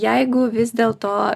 jeigu vis dėl to